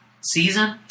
season